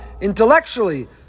intellectually